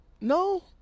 no